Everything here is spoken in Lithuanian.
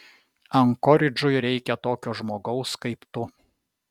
ankoridžui reikia tokio žmogaus kaip tu